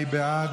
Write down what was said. מי בעד?